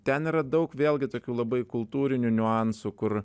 ten yra daug vėlgi tokių labai kultūrinių niuansų kur